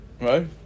right